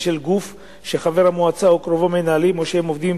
של גוף שחבר המועצה או קרובו מנהלים או שהם עובדים